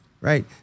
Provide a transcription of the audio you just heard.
right